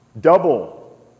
double